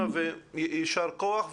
יישר כוח.